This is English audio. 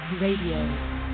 Radio